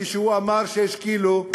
כשהוא אמר 6 קילו,